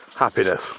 Happiness